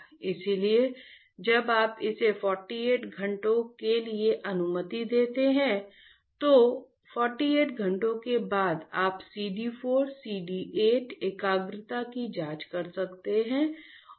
इसलिए जब आप इसे 48 घंटों के लिए अनुमति देते हैं तो 48 घंटों के बाद आप CD 4 CD 8 एकाग्रता की जांच कर सकते हैं